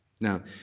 Now